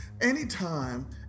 Anytime